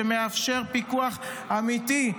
שמאפשר פיקוח אמיתי,